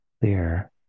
clear